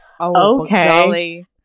okay